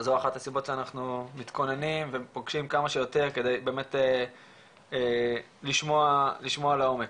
זו אחת הסיבות שאנחנו מתכוננים ופוגשים כמה שיותר כדי באמת לשמוע לעומק.